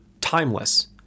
timeless